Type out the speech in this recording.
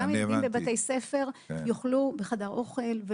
גם ילדים בבתי ספר יאכלו בחדר אוכל,